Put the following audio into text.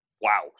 wow